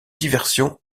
diversion